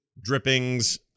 drippings